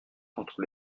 contre